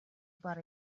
бар